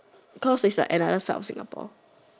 because is like another side of Singapore